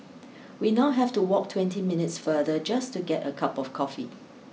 we now have to walk twenty minutes farther just to get a cup of coffee